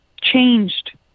changed